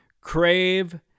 crave